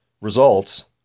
results